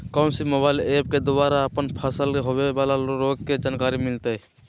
कौन सी mobile app के द्वारा अपन फसल के होबे बाला रोग के जानकारी मिलताय?